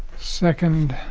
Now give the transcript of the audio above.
second.